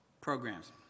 Programs